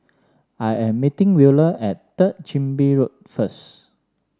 I am meeting Wheeler at Third Chin Bee Road first